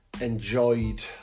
enjoyed